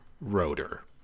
Rotor